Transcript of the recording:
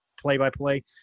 Play-by-play